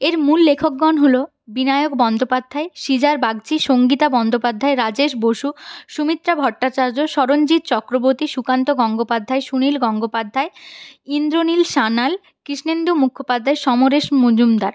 এর মূল লেখকগণ হল বিনায়ক বন্দ্যোপাধ্যায় সৃজাল বাগচী সংগীতা বন্দ্যোপাধ্যায় রাজেশ বসু সুমিত্রা ভট্টাচার্য স্মরণজিৎ চক্রবর্তী সুকান্ত গঙ্গোপাধ্যায় সুনীল গঙ্গোপাধ্যায় ইন্দ্রনীল সান্যাল কৃষ্ণেন্দু মুখোপাধ্যায় সমরেশ মজুমদার